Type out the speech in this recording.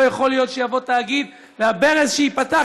לא יכול להיות שיבוא תאגיד והברז שייפתח,